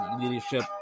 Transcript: leadership